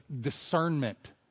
discernment